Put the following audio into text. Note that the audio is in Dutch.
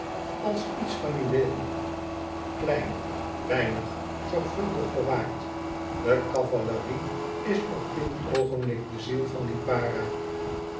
als iets van juweel klein weinig zorgvuldig bewaakt de cavalerie is op dit oogenblik de ziel van lipara